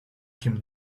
him